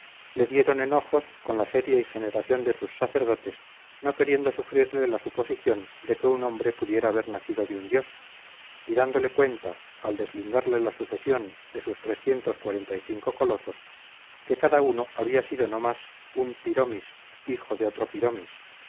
le dieron en ojos con la serie y generación de sus sacerdotes no queriendo sufrirle la suposición de que un hombre pudiera haber nacido de un dios y dándole cuenta al deslindarle la sucesión de sus colosos que cada uno había sido no más un piromis hijo de otro piromis